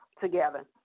together